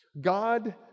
God